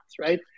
right